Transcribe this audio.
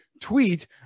tweet